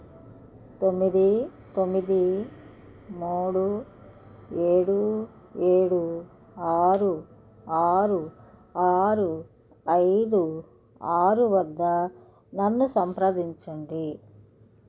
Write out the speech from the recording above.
తొమ్మిది తొమ్మిది మూడు ఏడు ఏడు ఆరు ఆరు ఆరు ఐదు ఆరు వద్ద నన్ను సంప్రదించండి